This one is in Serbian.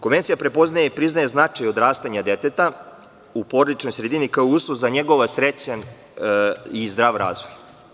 Konvencija prepoznaje i priznaje značaj odrastanja deteta u porodičnoj sredini kao uslov za njegov srećan i zdrav razvoj.